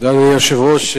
תודה, אדוני היושב-ראש.